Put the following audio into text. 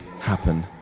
happen